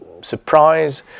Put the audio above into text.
surprise